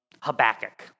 Habakkuk